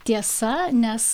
tiesa nes